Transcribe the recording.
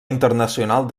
internacional